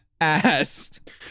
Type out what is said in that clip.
asked